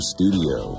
Studio